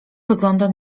wygląda